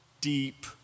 deep